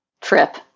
trip